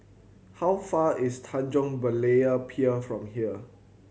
how far is Tanjong Berlayer Pier from here